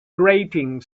grating